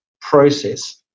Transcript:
process